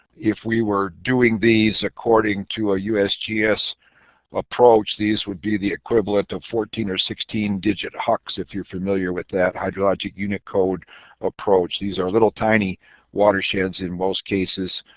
if we were doing these according to a usgs approach approach these would be the equivalent of fourteen or sixteen digit hucs if you're familiar with that hydro logic unit code approach. these are little tiny watersheds in most cases,